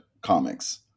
comics